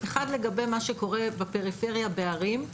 אחד לגבי מה שקורה בפריפריה בערים.